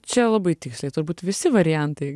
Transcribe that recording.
čia labai tiksliai turbūt visi variantai